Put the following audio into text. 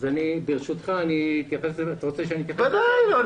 אתה רוצה שאני אתייחס לזה?: בוודאי.